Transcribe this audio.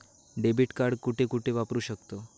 Debit card कुठे कुठे वापरू शकतव?